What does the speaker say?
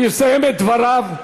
הוא יסיים את דבריו.